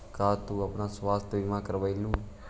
का तू अपन स्वास्थ्य बीमा करवलू हे?